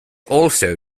also